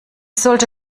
sollte